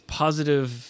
positive